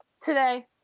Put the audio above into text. today